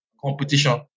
competition